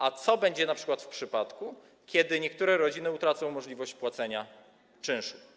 A co będzie np. w przypadku, kiedy niektóre rodziny utracą możliwość płacenia czynszu?